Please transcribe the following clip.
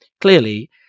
clearly